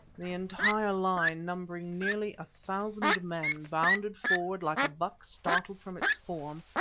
the entire line, numbering nearly a thousand men, bounded forward like a buck startled from its form,